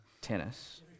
tennis